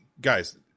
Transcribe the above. guys